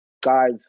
guys